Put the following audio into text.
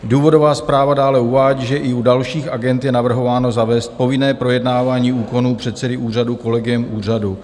Důvodová zpráva dále uvádí, že i u dalších agend je navrhováno zavést povinné projednávání úkonů předsedy úřadu kolegiem úřadu.